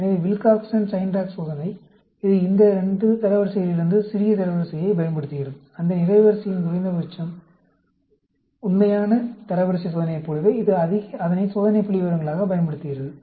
எனவே Wilcoxon signed rank சோதனை இது இந்த 2 தரவரிசைகளிலிருந்து சிறிய தரவரிசையைப் பயன்படுத்துகிறது அந்த நிரைவரிசையின் குறைந்தபட்சம் உண்மையான தரவரிசை சோதனையைப் போலவே இது அதனை சோதனை புள்ளிவிவரங்களாகப் பயன்படுத்துகிறது